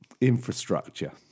infrastructure